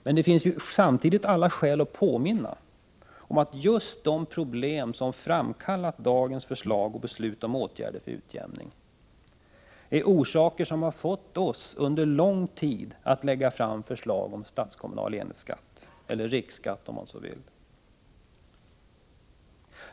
Men samtidigt finns det alla skäl att påminna om att just de problem som framkallat dagens förslag och beslut om åtgärder för utjämning är orsakerna till att vi under lång tid lagt fram förslag om en stats-kommunal enhetsskatt — riksskatt, om man så vill.